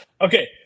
Okay